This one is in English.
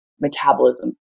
metabolism